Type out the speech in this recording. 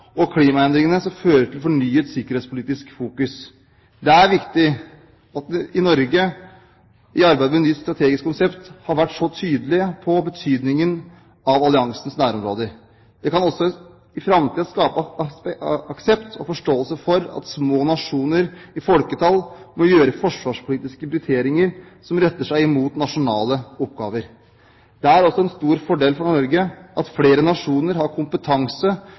og klimaendringene som fører til fornyet sikkerhetspolitisk fokus. Det er viktig at vi i Norge, i arbeidet med nytt strategisk konsept, har vært så tydelige på betydningen av alliansens nærområder. Det kan også i framtiden skape aksept og forståelse for at små nasjoner i folketall må gjøre forsvarspolitiske prioriteringer som retter seg mot nasjonale oppgaver. Det er altså en stor fordel for Norge at flere nasjoner har kompetanse